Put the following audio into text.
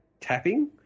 tapping